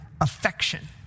affection